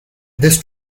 this